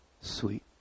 sweet